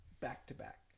back-to-back